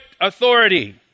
authority